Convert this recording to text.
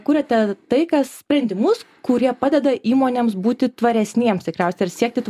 kuriate tai kas sprendimus kurie padeda įmonėms būti tvaresnėms tikriausiai ir siekti